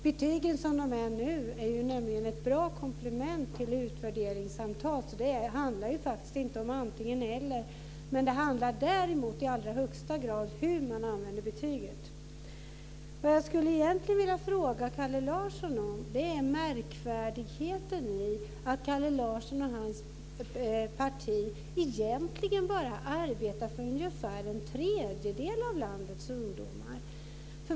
Betygen, som de är nu, är nämligen ett bra komplement till utvärderingssamtal. Det handlar faktiskt inte om antingen-eller. Däremot handlar det i allra högsta grad om hur man använder betyget. Vad jag egentligen skulle vilja fråga Kalle Larsson om är det märkvärdiga i att Kalle Larsson och hans parti egentligen bara arbetar för ungefär en tredjedel av landets ungdomar.